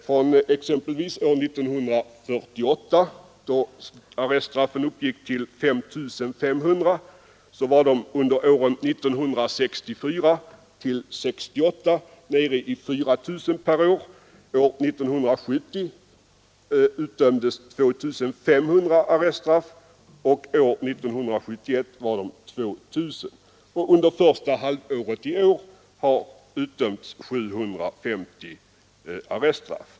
År 1948 utdömdes 5 500 arreststraff, under åren 1964—1968 uppgick antalet till 4 000 per år, 1970 till 2 500 och 1971till 2 000.Under första halvåret i år har utdömts 750 arreststraff.